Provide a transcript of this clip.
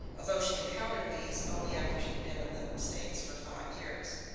although, she encountered these only after she'd been in the states for five years.